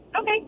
Okay